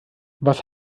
was